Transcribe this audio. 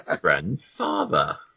grandfather